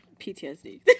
PTSD